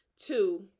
Two